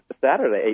Saturday